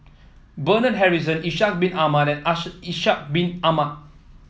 Bernard Harrison Ishak Bin Ahmad Ishak Bin Ahmad